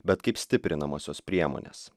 bet kaip stiprinamosios priemonės